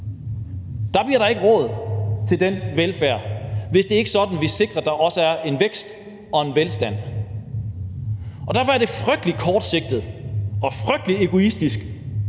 bliver der ikke råd til den velfærd, hvis ikke det er sådan, at vi også sikrer, at der er den vækst og velstand. Derfor er det frygtelig kortsigtet og frygtelig egoistisk,